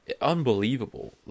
Unbelievable